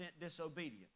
disobedient